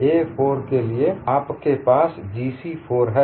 a4 के लिए आपके पास G c4 है